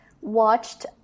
watched